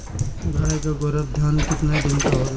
गाय के गरभाधान केतना दिन के होला?